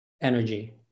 energy